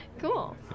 Cool